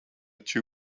two